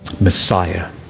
Messiah